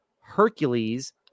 Hercules